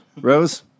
Rose